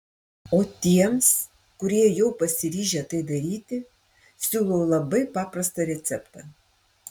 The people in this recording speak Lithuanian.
o tiems kurie jau pasiryžę tai daryti siūlau labai paprastą receptą